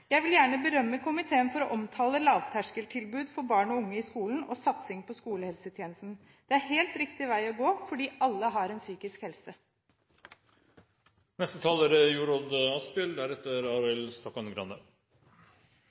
Jeg vil gjerne berømme komiteen for å omtale lavterskeltilbud for barn og unge i skolen og satsing på skolehelsetjenesten. Det er helt riktig vei å gå, fordi alle har en psykisk helse. Rød-grønn resept er